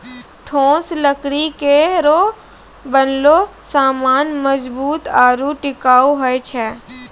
ठोस लकड़ी केरो बनलो सामान मजबूत आरु टिकाऊ होय छै